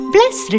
Bless